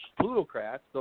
plutocrats